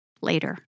later